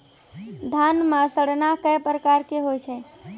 धान म सड़ना कै प्रकार के होय छै?